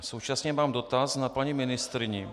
Současně mám dotaz na paní ministryni.